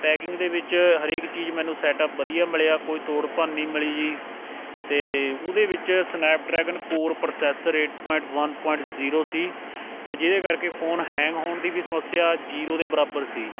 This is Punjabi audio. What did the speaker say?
ਪੈਕਿੰਗ ਦੇ ਵਿੱਚ ਹਰੇਕ ਚੀਜ਼ ਮੈਨੂੰ ਸੈਟਅਪ ਵਧੀਆ ਮਿਲਿਆ ਕੋਈ ਤੋੜ ਭੰਨ ਨਹੀਂ ਮਿਲੀ ਜੀ ਅਤੇ ਉਹਦੇ ਵਿੱਚ Snapdragon core processor eight point one point zero ਸੀ ਅਤੇ ਜਿਹਦੇ ਕਰਕੇ ਫੋਨ ਹੈਂਗ ਹੋਣ ਦੀ ਵੀ ਸਮੱਸਿਆ ਜੀਰੋ ਦੇ ਬਰਾਬਰ ਸੀ